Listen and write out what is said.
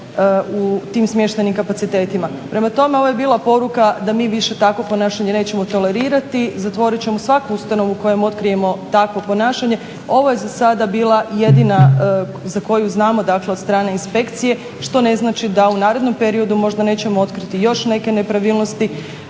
u tim smještajnim kapacitetima. Prema tome, ovo je bila poruka da mi više takvo ponašanje nećemo tolerirati, zatvorit ćemo svaku ustanovu u kojoj otkrijemo takvo ponašanje. Ovo je za sada bila jedina za koju znamo, dakle od strane inspekcije što ne znači da u narednom periodu možda nećemo otkriti još neke nepravilnosti.